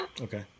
Okay